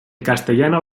castellano